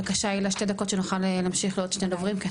בבקשה הילה שתי דקות כדי שנוכל להמשיך לעוד שני דוברים.